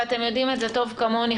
ואתם יודעים את זה טוב כמוני,